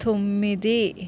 తొమ్మిది